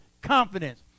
confidence